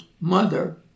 Mother